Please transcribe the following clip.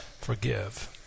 forgive